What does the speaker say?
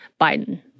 Biden